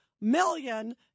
million